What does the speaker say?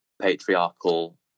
patriarchal